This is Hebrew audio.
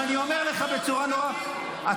אתה